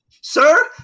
Sir